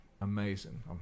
amazing